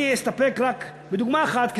אני אסתפק בדוגמה אחת,